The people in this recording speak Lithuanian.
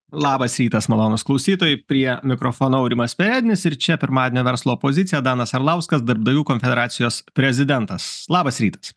labas rytas malonūs klausytojai prie mikrofono aurimas perednis ir čia pirmadienio verslo pozicija danas arlauskas darbdavių konfederacijos prezidentas labas rytas